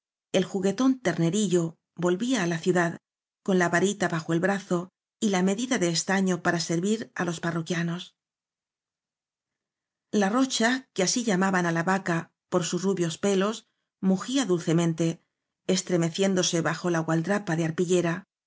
el juguetón ternerillo volvía á la ciudad con la varita bajo el brazo y la medida de estaño para servir á los parro quianos la rocha que así llamaban á la vaca por sus rubios pelos mugía dulcemente estreme ciéndose bajo la gualdrapa de arpillera